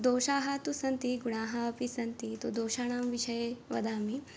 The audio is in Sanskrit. दोषाः तु सन्ति गुणाः अपि सन्ति तो दोषाणां विषये वदामि